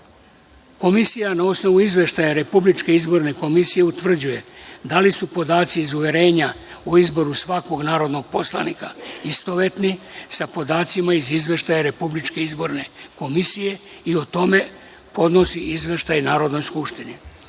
trojice. Komisija, na osnovu izveštaja Republičke izborne komisije, utvrđuje da li su podaci iz uverenja o izboru svakog narodnog poslanika istovetni sa podacima iz izveštaja Republičke izborne komisije i o tome podnosi izveštaj Narodnoj skupštini. Na